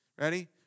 Ready